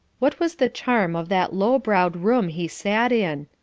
what was the charm of that low-browed room he sat in?